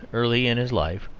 early in his life,